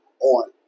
on